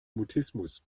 mutismus